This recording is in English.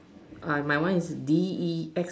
ah my one is D E S